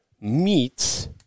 meats